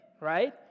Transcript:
right